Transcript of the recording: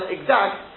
Exact